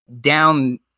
down